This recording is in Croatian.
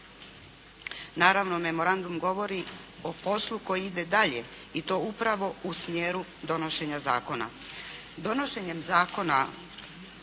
Naravno Memorandum govori o poslu koji ide dalje i to upravo u smjeru donošenja zakona.